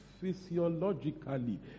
physiologically